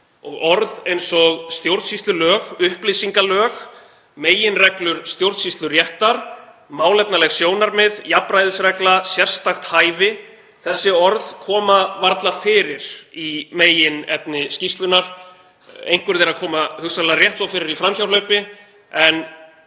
orð eins og stjórnsýslulög, upplýsingalög, meginreglur stjórnsýsluréttar, málefnaleg sjónarmið, jafnræðisregla og sérstakt hæfi, koma varla fyrir í meginefni skýrslunnar. Einhver þeirra koma hugsanlega rétt svo fyrir í framhjáhlaupi